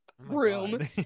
room